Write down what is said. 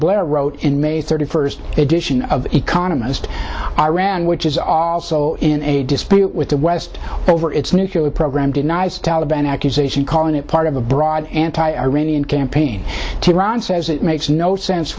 blair wrote in may thirty first edition of the economist iran which is are in a dispute with the west over its nuclear program denies taliban accusation calling it part of a broad anti iranian campaign to iran says it makes no sense